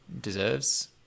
deserves